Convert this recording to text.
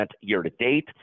year-to-date